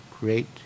great